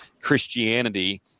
christianity